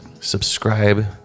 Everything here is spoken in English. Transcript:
Subscribe